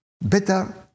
better